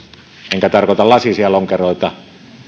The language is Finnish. enkä tarkoita lasisia lonkeroita